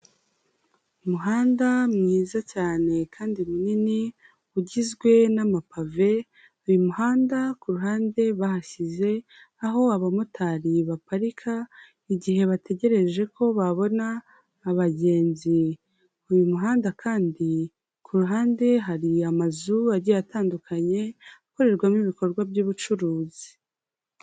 Umuhanda mwiza cyane kandi munini ugizwe n'amapave, uyu muhanda ku ruhande bahashyize aho abamotari baparika igihe bategereje ko babona abagenzi, uyu muhanda kandi ku ruhande hari amazu agiye atandukanye akorerwamo ibikorwa by'ubucuruzi.